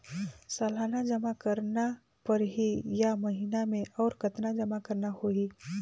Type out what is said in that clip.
सालाना जमा करना परही या महीना मे और कतना जमा करना होहि?